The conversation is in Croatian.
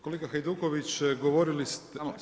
Kolega Hajduković, govorili ste